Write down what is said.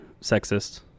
sexist